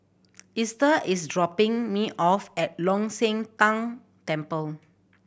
Esta is dropping me off at Long Shan Tang Temple